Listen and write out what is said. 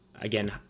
again